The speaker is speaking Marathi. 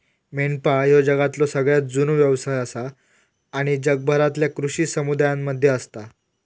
मेंढपाळ ह्यो जगातलो सगळ्यात जुनो व्यवसाय आसा आणि जगभरातल्या कृषी समुदायांमध्ये असता